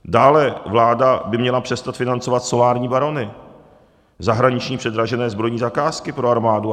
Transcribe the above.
Dále vláda by měla přestat financovat solární barony, zahraniční předražené zbrojní zakázky pro armádu.